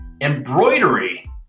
Embroidery